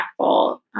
impactful